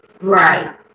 Right